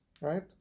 right